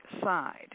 side